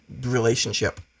relationship